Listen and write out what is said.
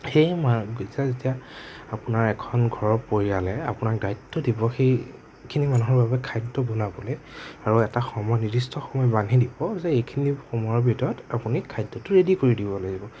সেই যেতিয়া যেতিয়া আপোনাৰ এখন ঘৰৰ পৰিয়ালে আপোনাক দায়িত্ব দিব সেইখিনি মানুহৰ বাবে খাদ্য বনাবলে আৰু এটা সময় নিৰ্দিষ্ট সময় বান্ধি দিব যে এইখিনি সময়ৰ ভিতৰত আপুনি খাদ্যটো ৰেডি কৰি দিব লাগিব